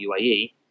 UAE